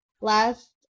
last